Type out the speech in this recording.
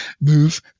Move